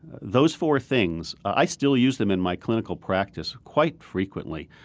those four things, i still use them in my clinical practice quite frequently.